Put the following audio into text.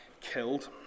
killed